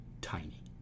tiny